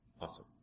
Awesome